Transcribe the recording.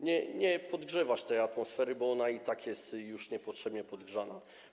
nie podgrzewać tej atmosfery, bo ona i tak jest już niepotrzebnie podgrzana.